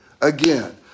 Again